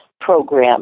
program